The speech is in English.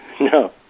No